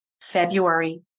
February